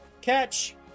Catch